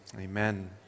amen